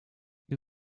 wir